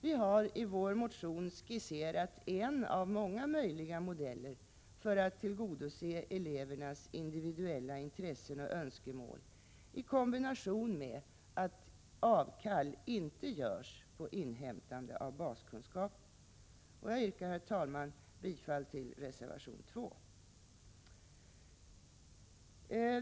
Vi har i vår motion skisserat en av många möjliga modeller för att tillgodose elevernas individuella intressen och önskemål i kombination med att avkall inte görs på inhämtandet av baskunskaper. Herr talman! Jag yrkar bifall till reservation 2.